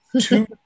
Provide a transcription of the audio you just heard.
two